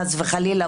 חס וחלילה,